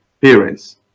parents